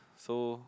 so